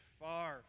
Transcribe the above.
far